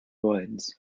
woods